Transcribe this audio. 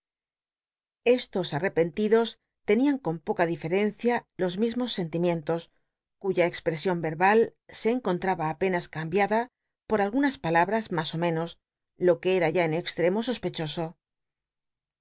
estos artcpcntidos tenían con poca diferencia los mismos sentimientos cuya cxprcsion crba l se en contraba apenas cambiada pot algunas palalwas mas ó menos lo que era ya en extremo